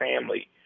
family